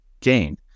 gain